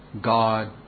God